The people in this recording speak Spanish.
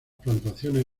plantaciones